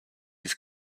his